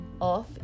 off